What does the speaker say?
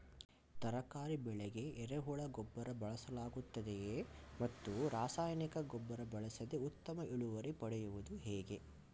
ತರಕಾರಿ ಬೆಳೆಗೆ ಎರೆಹುಳ ಗೊಬ್ಬರ ಬಳಸಲಾಗುತ್ತದೆಯೇ ಮತ್ತು ರಾಸಾಯನಿಕ ಗೊಬ್ಬರ ಬಳಸದೆ ಉತ್ತಮ ಇಳುವರಿ ಪಡೆಯುವುದು ಹೇಗೆ?